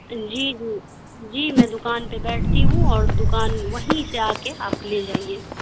جی جی جی میں دکان پہ بیٹھتی ہوں اور دکان وہیں سے آکے آپ لے جائیے